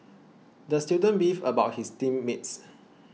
the student beefed about his team mates